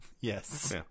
Yes